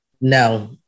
No